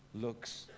looks